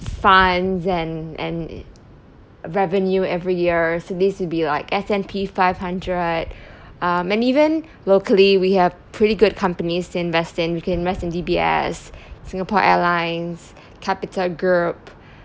funds and and revenue every year so this would be like S&P five hundred um and even locally we have pretty good companies to invest in you can invest in D_B_S singapore airlines capital group